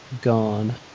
gone